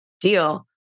deal